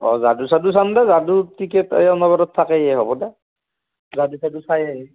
অঁ যাদু চাদু চাম দে যাদু টিকেট যাদু চাদু চাই আহিম